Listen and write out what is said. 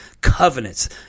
covenants